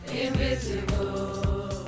invisible